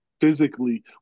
physically